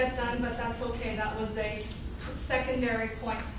done but that's okay. that was a secondary point.